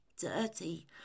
dirty